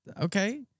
okay